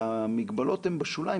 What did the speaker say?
שהמגבלות הן בשוליים,